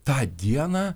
tą dieną